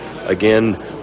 Again